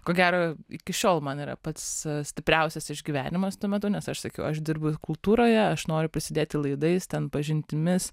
ko gero iki šiol man yra pats stipriausias išgyvenimas tuo metu nes aš sakiau aš dirbu kultūroje aš noriu prisidėti laidais ten pažintimis